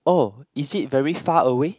oh is it very far away